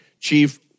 chief